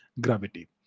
gravity